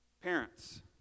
Parents